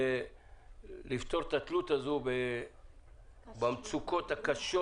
ולפתור את התלות הזאת במצוקות הקשות.